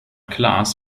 klaas